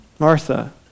Martha